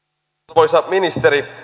arvoisa ministeri